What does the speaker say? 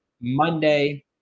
Monday